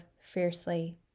fiercely